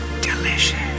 delicious